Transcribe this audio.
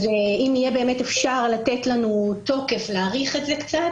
אם יהיה אפשר לתת לנו להאריך את זה קצת,